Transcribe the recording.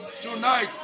tonight